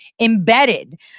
embedded